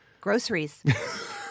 Groceries